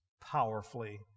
powerfully